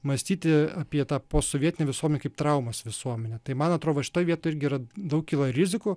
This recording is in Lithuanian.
mąstyti apie tą posovietinę visuomenę kaip traumos visuomenę tai man atrodo va šitoj vietoj irgi yra daug kyla rizikų